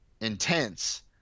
intense